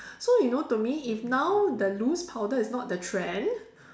so you know to me if now the loose powder is not the trend